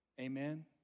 Amen